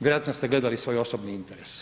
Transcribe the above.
Vjerojatno ste gledali svoj osobni interes?